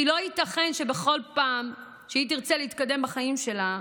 כי לא ייתכן שבכל פעם שהיא תרצה להתקדם בחיים שלה,